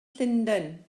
llundain